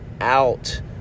out